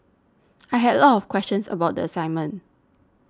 I had a lot of questions about the assignment